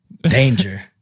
Danger